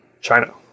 China